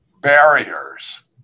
barriers